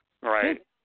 right